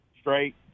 straight